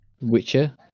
witcher